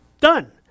Done